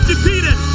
defeated